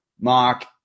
Mark